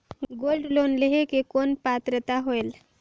Gold loan लेहे के कौन पात्रता होएल?